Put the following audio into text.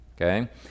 Okay